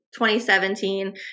2017